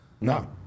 No